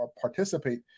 participate